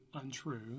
untrue